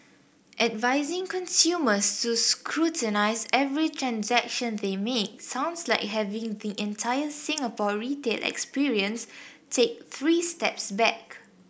advising consumers to scrutinise every transaction they make sounds like having the entire Singapore retail experience take three steps back